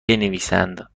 بنویسند